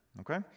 Okay